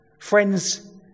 Friends